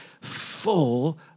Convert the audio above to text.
full